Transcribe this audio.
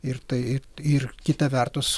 ir tai ir kita vertus